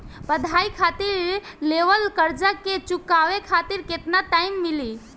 पढ़ाई खातिर लेवल कर्जा के चुकावे खातिर केतना टाइम मिली?